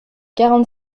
quarante